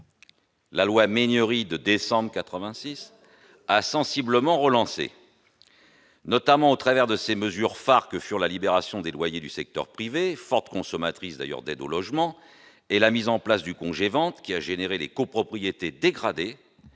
la loi Méhaignerie de décembre 1986 a sensiblement relancée. Ont notamment été adoptées des mesures phares comme la libération des loyers du secteur privé- forte consommatrice d'aides au logement -et la mise en place du congé-vente, qui a engendré les copropriétés dégradées